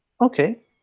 Okay